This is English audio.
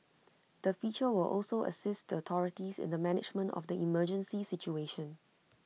the feature will also assist the authorities in the management of the emergency situation